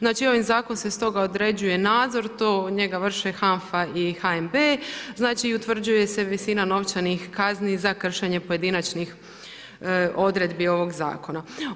Znači ovim zakonom se stoga određuje nadzor, njega vrše HANFA i HNB i utvrđuje se visina novčanih kazni za kršenje pojedinačnih odredbi ovog zakona.